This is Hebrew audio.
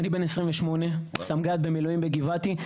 אני בן 28, סמג"ד במילואים בגבעתי.